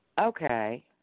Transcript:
Okay